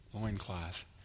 loincloth